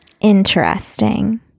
Interesting